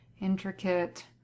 intricate